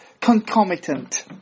concomitant